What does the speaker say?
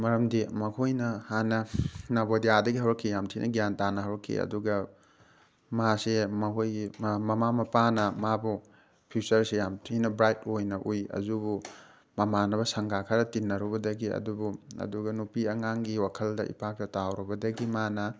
ꯃꯔꯝꯗꯤ ꯃꯈꯣꯏꯅ ꯍꯥꯟꯅ ꯅꯕꯣꯗꯤꯌꯥꯗꯒꯤ ꯍꯧꯔꯛꯈꯤ ꯌꯥꯝ ꯊꯤꯅ ꯒ꯭ꯌꯥꯟ ꯇꯥꯅ ꯍꯧꯔꯛꯈꯤ ꯑꯗꯨꯒ ꯃꯥꯁꯦ ꯃꯈꯣꯏꯒꯤ ꯃꯃꯥ ꯃꯄꯥꯅ ꯃꯥꯕꯨ ꯐ꯭ꯌꯨꯆꯔꯁꯦ ꯌꯥꯝ ꯊꯤꯅ ꯕ꯭ꯔꯥꯏꯠ ꯑꯣꯏꯅ ꯎꯏ ꯑꯗꯨꯕꯨ ꯃꯃꯥꯟꯅꯕ ꯁꯪꯒ ꯈꯔ ꯇꯤꯟꯅꯔꯨꯕꯗꯒꯤ ꯑꯗꯨꯕꯨ ꯑꯗꯨꯒ ꯅꯨꯄꯤ ꯑꯉꯥꯡꯒꯤ ꯋꯥꯈꯜꯗ ꯏꯄꯥꯛꯇ ꯇꯥꯎꯔꯨꯕꯗꯒꯤ ꯃꯥꯅ